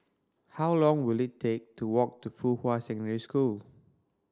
how long will it take to walk to Fuhua Secondary School